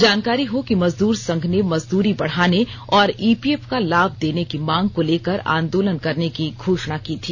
जानकारी हो कि मजदूर संघ ने मजदूरी बढ़ाने और ईपीएफ का लाभ देने की मांग को लेकर आंदोलन करने की घोषणा की थी